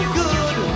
good